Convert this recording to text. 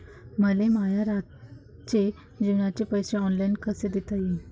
मले माया रातचे जेवाचे पैसे ऑनलाईन कसे देता येईन?